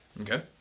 Okay